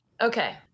Okay